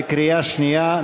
בקריאה שנייה,